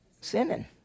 Sinning